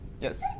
Yes